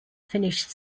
finished